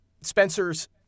Spencer's